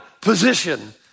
position